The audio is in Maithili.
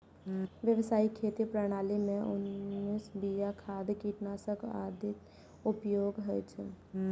व्यावसायिक खेती प्रणाली मे उन्नत बिया, खाद, कीटनाशक आदिक उपयोग होइ छै